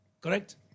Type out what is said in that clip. Correct